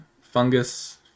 fungus